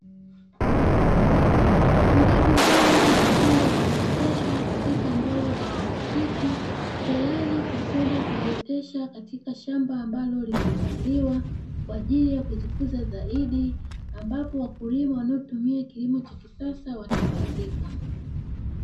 Mbegu bora zikiwa zimeoteshwa katika ndoo za plastiki tayari kwa kwenda kuziotesha katika shamba ambalo limeandaliwa kwa ajili ya kuzikuza zaidi ambapo wakulima wanaotumia kilimo cha kisasa watafaidika.